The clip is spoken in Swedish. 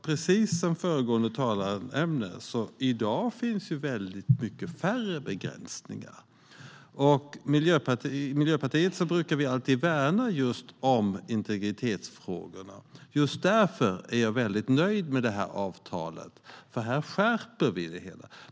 Precis som föregående talare nämnde finns det i dag mycket färre begränsningar. I Miljöpartiet brukar vi alltid värna just integritetsfrågor. Just därför är jag mycket nöjd med det här avtalet, för här blir det en skärpning.